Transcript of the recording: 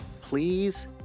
please